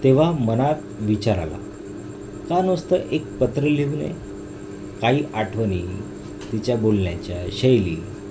तेव्हा मनात विचाराला का नुसतं एक पत्र लिहू नये काही आठवणी तिच्या बोलण्याच्या शैली